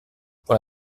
pour